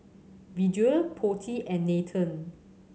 Vedre Potti and Nathan